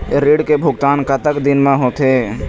ऋण के भुगतान कतक दिन म होथे?